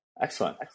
Excellent